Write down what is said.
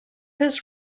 his